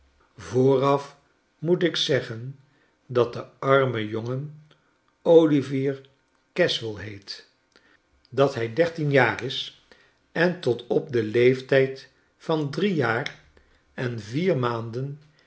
vooraf moet ik zeggen dat de arme jongen olivier caswell heet dat hij dertien jaar is en tot op den leeftijd van drie jaar en vier maanden